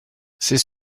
c’est